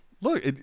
look